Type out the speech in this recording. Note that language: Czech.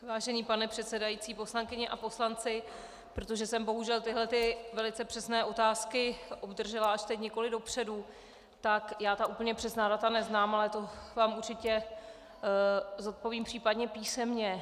Vážený pane předsedající, poslankyně a poslanci, protože jsem bohužel tyto velice přesné otázky obdržela až teď, nikoli dopředu, tak úplně přesná data neznám, ale to vám určitě zodpovím případně písemně.